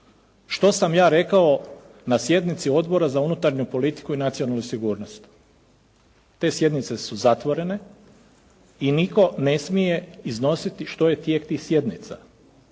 što sam ja rekao na sjednici Odbora za unutarnju politiku i nacionalnu sigurnost. Te sjednice su zatvorene i nitko ne smije iznositi što je tijek tih sjednica,